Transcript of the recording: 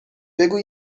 بگو